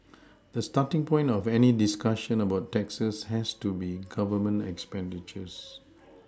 the starting point of any discussion about taxes has to be Government expenditures